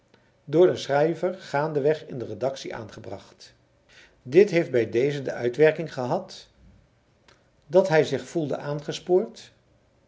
door den schrijver gaandeweg in de redactie aangebracht dit heeft bij dezen de uitwerking gehad dat hij zich voelde